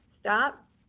Stop